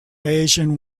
asian